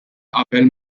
qabel